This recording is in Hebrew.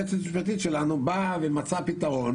היועצת המשפטית שלנו מצאה פתרון,